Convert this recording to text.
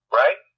right